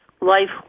life